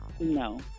No